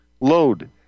load